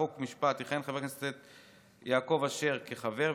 חוק ומשפט יכהן חבר הכנסת יעקב אשר כחבר,